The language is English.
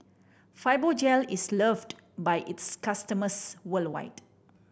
Fibogel is loved by its customers worldwide